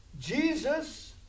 Jesus